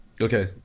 Okay